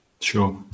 Sure